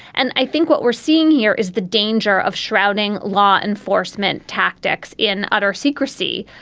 and i think what we're seeing here is the danger of shrouding law enforcement tactics in utter secrecy,